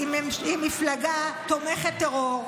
הריבונות על חבלי יהודה ושומרון,